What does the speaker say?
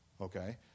Okay